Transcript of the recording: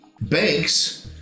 Banks